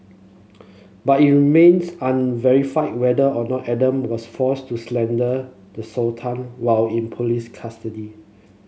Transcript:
but it remains unverified whether or not Adam was forced to slander the Sultan while in police custody